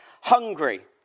hungry